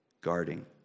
guarding